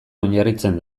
oinarritzen